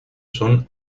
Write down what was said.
son